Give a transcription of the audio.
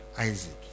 Isaac